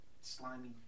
slimy